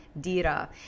Dira